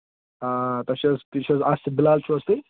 آ تۄہہِ چھِو حظ تُہۍ چھو حظ آصِف بِلال چھِو حظ تُہۍ